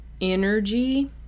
energy